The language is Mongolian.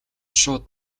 шууд